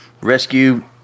rescue